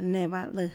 laå nenã bahâ lùã